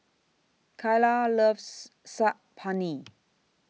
Kaylah loves Saag Paneer